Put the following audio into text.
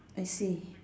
I see